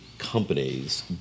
companies